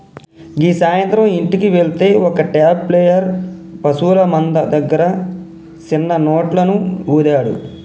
గీ సాయంత్రం ఇంటికి వెళ్తే ఒక ట్యూబ్ ప్లేయర్ పశువుల మంద దగ్గర సిన్న నోట్లను ఊదాడు